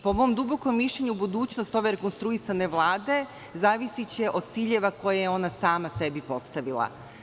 Po mom dubokom mišljenju, budućnost ove rekonstruisane Vlade zavisiće od ciljeva koje je ona sama sebi postavila.